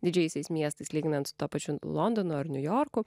didžiaisiais miestais lyginant su tuo pačiu londonu ar niujorku